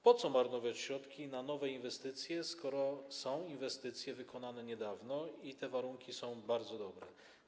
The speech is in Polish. Po co marnować środki na nowe inwestycje, skoro są inwestycje wykonane niedawno i te warunki są bardzo dobre?